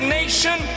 nation